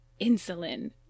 insulin